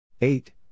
Eight